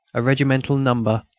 a regimental number,